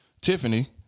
Tiffany